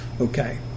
Okay